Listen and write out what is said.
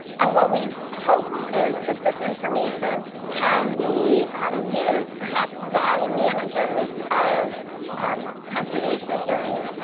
and what we hope is that this information can be um used, perhaps by managers of um conservation areas,